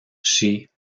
chez